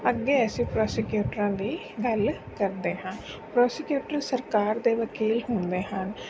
ਅੱਗੇ ਅਸੀਂ ਪਰੋਸੀਕਿਊਟਰਾਂ ਦੀ ਗੱਲ ਕਰਦੇ ਹਾਂ ਪਰੋਸੀਕਿਊਟਰ ਸਰਕਾਰ ਦੇ ਵਕੀਲ ਹੁੰਦੇ ਹਨ